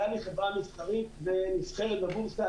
אל על היא חברה מסחרית ונסחרת בבורסה.